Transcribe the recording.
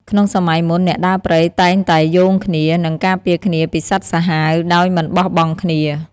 ក្នុងសម័យមុន អ្នកដើរព្រៃតែងតែយោងគ្នា និងការពារគ្នាពីសត្វសាហាវដោយមិនបោះបង់គ្នា។